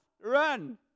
Run